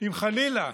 אם חלילה